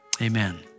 Amen